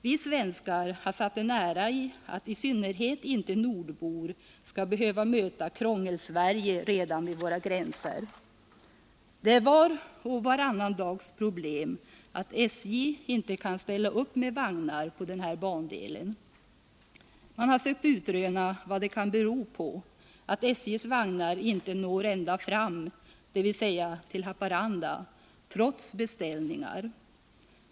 Vi svenskar har satt en ära i att i synnerhet inte nordbor skall behöva möta Krångelsverige redan vid våra gränser. Det är var och varannan dags problem att SJ inte kan ställa upp med vagnar på den här bandelen. Man har sökt utröna vad det kan bero på att SJ:s vagnar inte når ända fram, dvs. till Haparanda, trots beställningar.